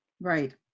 Right